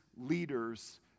leaders